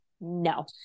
no